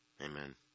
Amen